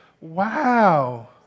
Wow